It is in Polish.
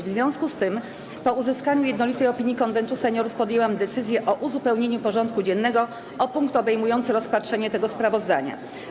W związku z tym, po uzyskaniu jednolitej opinii Konwentu Seniorów, podjęłam decyzję o uzupełnieniu porządku dziennego o punkt obejmujący rozpatrzenie tego sprawozdania.